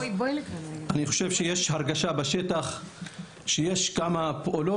אני חושב שיש הרגשה בשטח שיש כמה פעולות